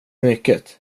mycket